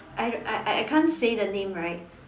I I I I can't say the name right